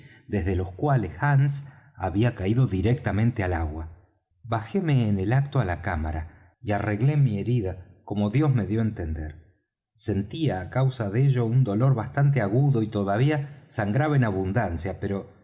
desde los cuales hands había caído directamente al agua bajéme en el acto á la cámara y arreglé mi herida como dios me dió á entender sentía á causa de ella un dolor bastante agudo y todavía sangraba en abundancia pero